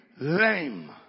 lame